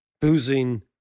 boozing